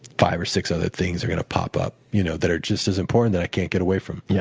five or six other things are going to pop up you know that are just as important that i can't get away from. yeah